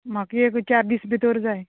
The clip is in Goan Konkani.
म्हाका एक चार दीस भितर जाय